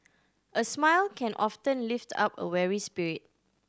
a smile can often lift up a weary spirit